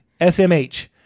SMH